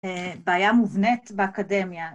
בעיה מובנית באקדמיה